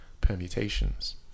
permutations